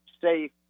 safe